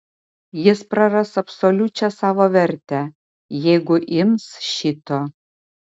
jis praras absoliučią savo vertę jeigu ims šito